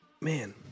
Man